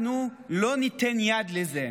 אנחנו לא ניתן יד לזה.